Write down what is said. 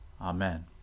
Amen